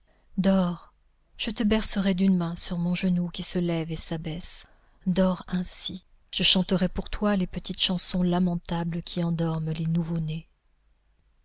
dors je te bercerai d'une main sur mon genou qui se lève et s'abaisse dors ainsi je chanterai pour toi les petites chansons lamentables qui endorment les nouveaux nés